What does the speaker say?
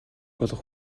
болох